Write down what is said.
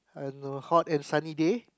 and a hot and sunny day